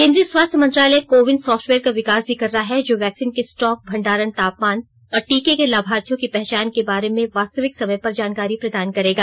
केन्द्रीय स्वास्थ्य मंत्रालय को विन सॉप्टवेयर का विकास भी कर रहा है जो वैक्सीन के स्टॉक भंडारण तापमान और टीके के लाभार्थियों की पहचान के बारे में वास्तविक समय पर जानकारी प्रदान करेगा